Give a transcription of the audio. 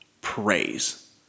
praise